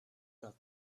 that